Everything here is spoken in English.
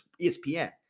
ESPN